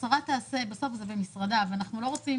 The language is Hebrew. שהשרה תעשה בסוף זה במשרדה ואנחנו לא רוצים